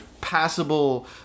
passable